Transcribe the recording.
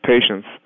patients